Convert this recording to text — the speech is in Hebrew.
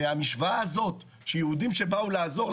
המשוואה הזאת שאומרים טרוריסטים על יהודים שבאו לעזור,